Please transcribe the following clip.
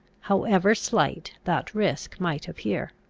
however slight that risk might appear.